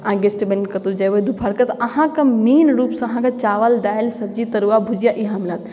अहाँ गेस्ट बनिकऽ कतौ जेबै दोपहर के तऽ अहाँके मेन रूपसँ अहाँके चावल दालि सब्जी तरुआ भुजिया ई अहाँ मिलत